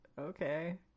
okay